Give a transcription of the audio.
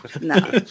No